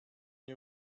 nie